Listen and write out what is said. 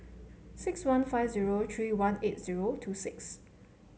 six one five zero three one eight zero two six